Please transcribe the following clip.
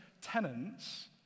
tenants